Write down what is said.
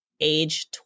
age